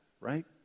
Right